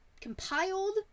compiled